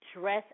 dress